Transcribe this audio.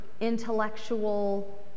intellectual